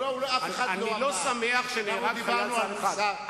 אני לא שמח שנהרג חייל צה"ל אחד.